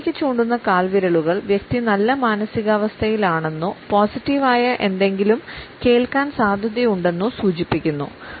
മുകളിലേക്ക് ചൂണ്ടുന്ന കാൽവിരലുകൾ വ്യക്തി നല്ല മാനസികാവസ്ഥയിലാണെന്നോ പോസിറ്റീവ് ആയ എന്തെങ്കിലും കേൾക്കാൻ സാധ്യതയുണ്ടെന്നോ സൂചിപ്പിക്കുന്നു